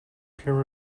peer